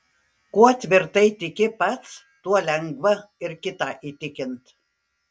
kuo tvirtai tiki pats tuo lengva ir kitą įtikint